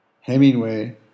Hemingway